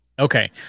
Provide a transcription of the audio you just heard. Okay